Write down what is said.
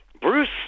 Bruce